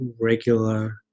regular